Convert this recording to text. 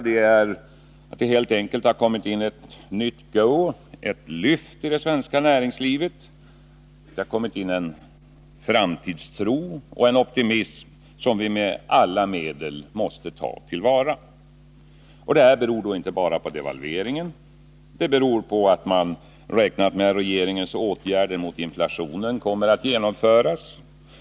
Det har helt enkelt kommit ett nytt ”go”, ett nytt lyft i det svenska näringslivet, en framtidstro och optimism som vi med alla medel måste ta till vara. Detta beror då inte bara på devalveringen. Det beror på att man räknat med att regeringens åtgärder mot inflationen kommer att genomföras.